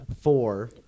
four